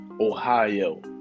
Ohio